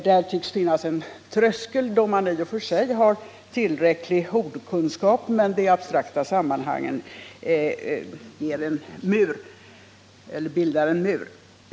Det tycks vara så att invandrarna i och för sig har tillräckliga ordkunskaper men att de abstrakta sammanhangen bildar ett slags mur.